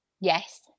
yes